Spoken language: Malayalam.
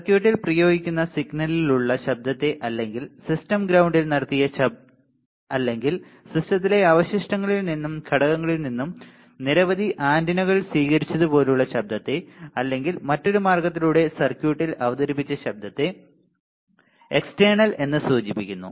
സർക്യൂട്ടിൽ പ്രയോഗിക്കുന്ന സിഗ്നലിലുള്ള ശബ്ദത്തെ അല്ലെങ്കിൽ സിസ്റ്റം ഗ്രൌണ്ടിൽ നടത്തിയ അല്ലെങ്കിൽ സിസ്റ്റത്തിലെ അവശിഷ്ടങ്ങളിൽ നിന്നും ഘടകങ്ങളിൽ നിന്നും നിരവധി ആന്റിനകൾ സ്വീകരിച്ചതുപോലുള്ള ശബ്ദത്തെ അല്ലെങ്കിൽ മറ്റൊരു മാർഗ്ഗത്തിലൂടെ സർക്യൂട്ടിൽ അവതരിപ്പിച്ച ശബ്ദത്തെ external എന്നു സൂചിപ്പിക്കുന്നു